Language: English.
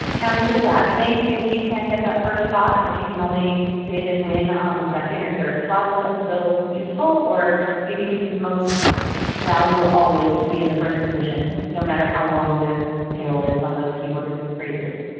now is it a bad thing if you can't get that first spot if you can only bid and win on the second or third spot's? is that still useful? or do you think it's most valuable always to be in the first position no matter how long the tail is on those keyword phrases?